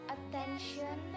Attention